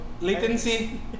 Latency